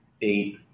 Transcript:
eight